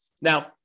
Now